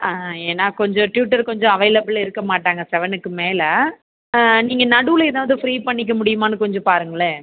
ஏன்னா கொஞ்சம் ட்யூட்டர் கொஞ்சம் அவைளபிள் இருக்க மாட்டாங்க செவனுக்கு மேலே நீங்கள் நடுவில் எதாவுது ஃப்ரீ பண்ணிக்க முடியுமான்னு கொஞ்சம் பாருங்களேன்